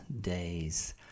days